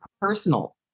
personal